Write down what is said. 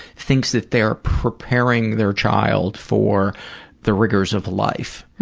thinks that they are preparing their child for the rigors of life,